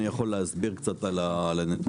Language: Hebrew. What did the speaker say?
אני יכול להסביר קצת על הנתונים,